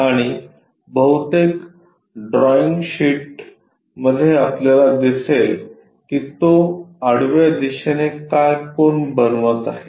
आणि बहुतेक drawing sheet मध्ये आपल्याला दिसेल की तो आडव्या दिशेने काय कोन बनवत आहे